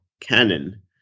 canon